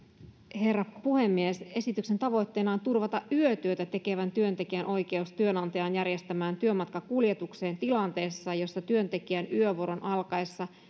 herra puhemies esityksen tavoitteena on turvata yötyötä tekevän työntekijän oikeus työnantajan järjestämään työmatkakuljetukseen tilanteessa jossa työntekijän yövuoron alkaessa